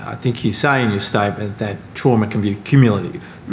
ah think you say in your statement that trauma can be cumulative.